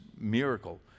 miracle